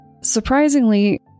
Surprisingly